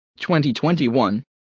2021